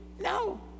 No